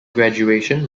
graduation